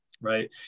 right